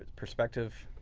perspective.